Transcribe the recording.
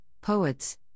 poets